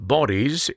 Bodies